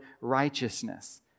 righteousness